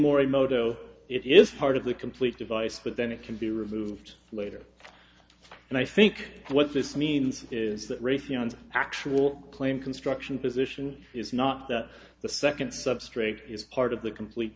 morimoto it is part of the complete device but then it can be removed later and i think what this means is that raytheon's actual claim construction position is not that the second substrate is part of the complete